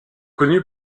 connu